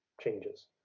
changes